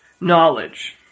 knowledge